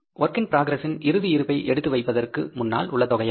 work in progress இன் இறுதி இருப்பை எடுத்து வைப்பதற்கு முன்னால் உள்ள தொகையாகும்